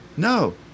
No